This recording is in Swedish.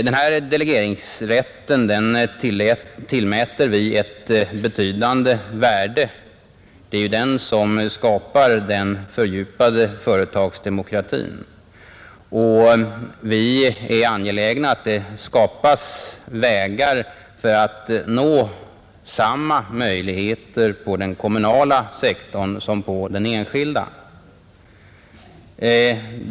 Denna delegeringsrätt tillmäter vi ett betydande värde. Det är ju den som skapar den fördjupade företagsdemokratin. Vi är angelägna att det skapas vägar för att nå samma möjligheter på den kommunala sektorn som på den enskilda.